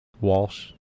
Walsh